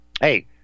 Hey